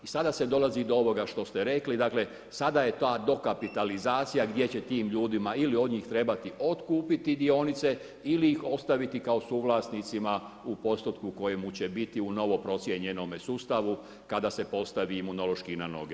I sada se dolazi do ovoga što ste rekli, dakle sada je ta dokapitalizacija gdje će tim ljudima ili od njih trebati otkupiti dionice ili ih ostaviti kao suvlasnicima u postotku u kojemu će biti u novo procijenjenom sustavu kada se postavi Imunološki na noge.